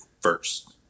first